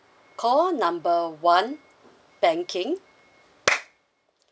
call number one banking